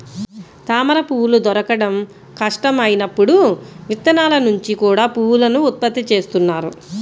తామరపువ్వులు దొరకడం కష్టం అయినప్పుడు విత్తనాల నుంచి కూడా పువ్వులను ఉత్పత్తి చేస్తున్నారు